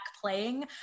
playing